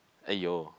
!aiyo!